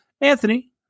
Anthony